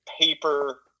paper